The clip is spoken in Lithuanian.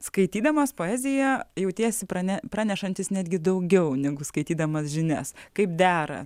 skaitydamas poeziją jautiesi prane pranešantis netgi daugiau negu skaitydamas žinias kaip dera